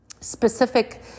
specific